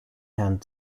herrn